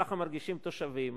כך מרגישים התושבים,